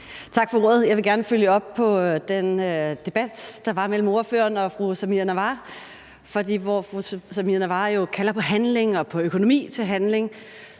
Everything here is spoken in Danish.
Tak for ordet. Jeg vil gerne følge op på den debat, der var mellem ordføreren og fru Samira Nawa, for hvor fru Samira Nawa jo kalder på handling og på økonomi til handling,